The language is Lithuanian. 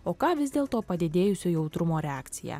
o ką vis dėlto padidėjusio jautrumo reakcija